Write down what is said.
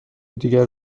دیگر